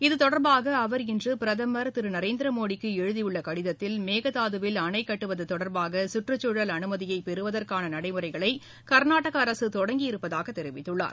இது தொடர்பாக அவர் இன்று பிரதமர் திரு நரேந்திரமோடிக்கு எழுதியுள்ள கடிதத்தில் மேகதாதுவில் அணைக்கட்டுவது தொடர்பாக கற்றுச்சூழல் அனுமதியை பெறுவதற்கான நடைமுறைகளை கா்நாடக அரசு தொடங்கியிருப்பதாகத் தெரிவித்துள்ளார்